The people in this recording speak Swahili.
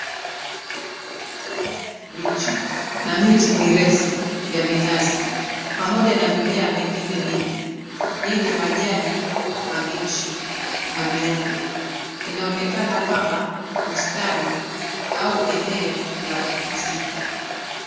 Kijani kibichi na miti mirefu ya minazi pamoja na mimea mingine mingi yenye majani mabichi na meupe inaonekana kama bustani au eneo la kupumzika.